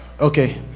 okay